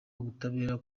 ubutabera